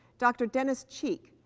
dr. dennis cheek,